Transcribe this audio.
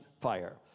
fire